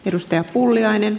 arvoisa puhemies